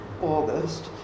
August